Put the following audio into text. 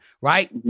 right